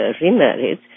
remarried